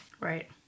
Right